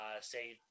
say